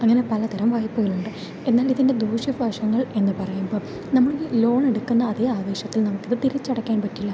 അങ്ങനെ പല തരം വായ്പ്പകളുണ്ട് എന്നാൽ ഇതിൻ്റെ ദൂഷ്യ വശങ്ങൾ എന്ന് പറയുമ്പോൾ നമ്മൾ ലോണെടുക്കുന്ന അതേ ആവേശത്തിൽ നമുക്കിത് തിരിച്ചടയ്ക്കാൻ പറ്റില്ല